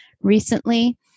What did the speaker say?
recently